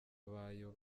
abayo